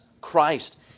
Christ